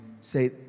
say